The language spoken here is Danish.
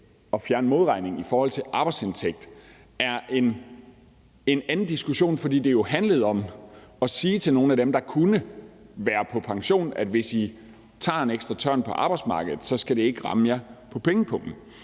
at fjerne modregningen i forhold til arbejdsindtægt, er en anden diskussion, fordi det jo handlede om at sige til nogle af dem, der kunne være på pension: Hvis I tager en ekstra tørn på arbejdsmarkedet, skal det ikke ramme jer på pengepungen.